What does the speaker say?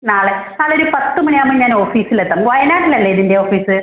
നാളെ നാളെ ഒരു പത്ത് മണി ആവുമ്പോൾ ഞാൻ ഓഫീസിൽ എത്താം വയനാട്ടിൽ അല്ലേ ഇതിൻ്റെ ഓഫീസ്